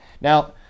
Now